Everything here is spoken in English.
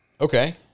Okay